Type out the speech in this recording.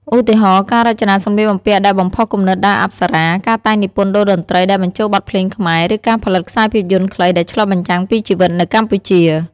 ឧទាហរណ៍ ការរចនាសម្លៀកបំពាក់ដែលបំផុសគំនិតដោយអប្សរា ការតែងនិពន្ធតូរ្យតន្ត្រីដែលបញ្ចូលបទភ្លេងខ្មែរ ឬការផលិតខ្សែភាពយន្តខ្លីដែលឆ្លុះបញ្ចាំងពីជីវិតនៅកម្ពុជា។